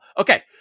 Okay